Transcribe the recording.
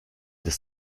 des